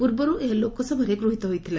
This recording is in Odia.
ପୂର୍ବରୁ ଏହା ଲୋକସଭାରେ ଗୃହୀତ ହୋଇଥିଲା